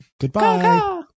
Goodbye